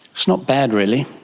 it's not bad, really.